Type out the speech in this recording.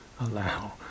allow